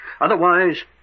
Otherwise